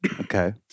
Okay